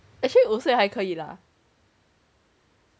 actually 五岁还可以 lah